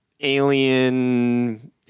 alien